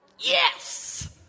Yes